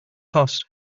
cost